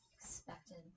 expected